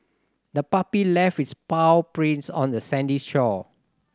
the puppy left its paw prints on the sandy shore